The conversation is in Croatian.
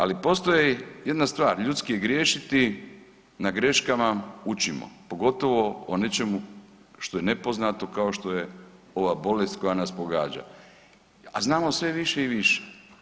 Ali postoji jedna stvar ljudski je griješiti, na greškama učimo pogotovo o nečemu što je nepoznato kao što je ova bolest koja nas pogađa, a znamo sve više i više.